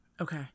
Okay